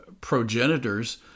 progenitors